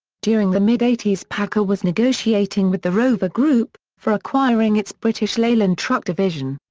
during the mid eighty s paccar was negotiating with the rover group, for acquiring its british leyland truck division.